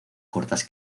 cortas